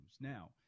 Now